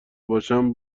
باشم